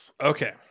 Okay